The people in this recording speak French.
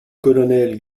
colonel